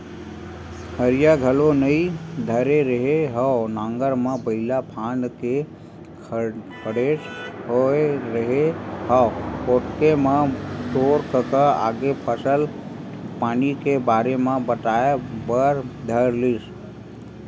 हरिया घलोक नइ धरे रेहे हँव नांगर म बइला फांद के खड़ेच होय रेहे हँव ओतके म तोर कका आगे फसल पानी के बारे म बताए बर धर लिस